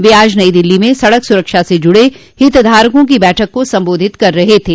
वे आज नई दिल्ली में सड़क सुरक्षा से जुड़े हितधारकों की बैठक को संबोधित कर रहे थे